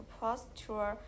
posture